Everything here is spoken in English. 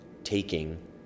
taking